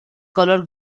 color